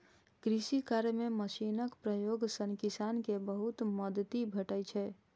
कृषि कार्य मे मशीनक प्रयोग सं किसान कें बहुत मदति भेटै छै